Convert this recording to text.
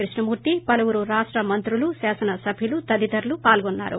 కృష్ణమూర్తి పలువురు రాష్ట మంత్రులు శాసనసభ్యులు తదితరులు పాల్గొన్నారు